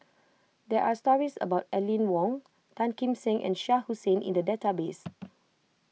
there are stories about Aline Wong Tan Kim Seng and Shah Hussain in the database